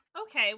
Okay